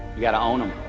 you've got to own them